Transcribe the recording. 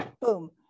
boom